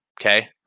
okay